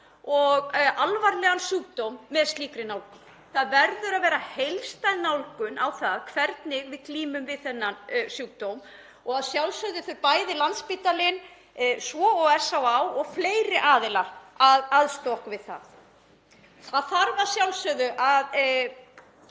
og alvarlegan sjúkdóm með slíkri nálgun. Það verður að vera heildstæð nálgun á það hvernig við glímum við þennan sjúkdóm og að sjálfsögðu verða bæði Landspítalinn svo og SÁÁ og fleiri aðilar að aðstoða okkur við það. Það þarf að sjálfsögðu að